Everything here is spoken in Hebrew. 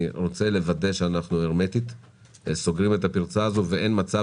אני רוצה לוודא שהנושא הזה סגור הרמטית ואין מצב